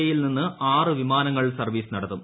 E യിൽ നിന്ന് ആറു വിമാനങ്ങൾ സർവീസ് നടത്തും